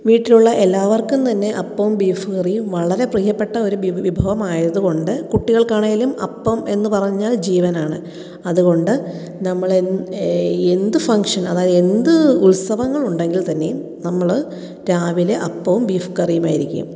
വീട്ടിലുള്ള എല്ലാവര്ക്കും തന്നെ അപ്പവും ബീഫ് കറിയും വളരെ പ്രിയപ്പെട്ട ഒരു വിഭവം ആയത് കൊണ്ട് കുട്ടികള്ക്ക് ആണെങ്കിലും അപ്പം എന്ന് പറഞ്ഞാല് ജീവനാണ് അതുകൊണ്ട് നമ്മൾ എന്ത് ഫംഗ്ഷന് അതായത് എന്ത് ഉത്സവങ്ങള് ഉണ്ടെങ്കിൽ തന്നെയും നമ്മൾ രാവിലെ അപ്പവും ബീഫ് കറിയും ആയിരിക്കും